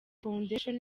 foundation